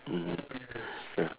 mmhmm ya